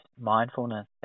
mindfulness